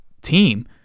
team